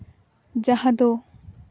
ᱡᱟᱦᱟᱸ ᱫᱚ